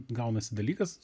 gaunasi dalykas